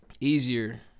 Easier